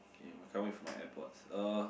okay I can't wait for my air pods uh